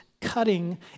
Cutting